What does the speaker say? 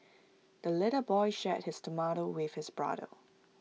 the little boy shared his tomato with his brother